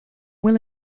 will